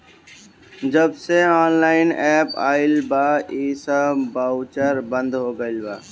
जबसे online app आईल बा इ सब बाउचर बंद हो गईल